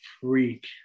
freak